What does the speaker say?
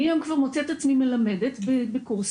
אני כבר מוצאת את עצמי מלמדת בקורסים